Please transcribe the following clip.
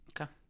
Okay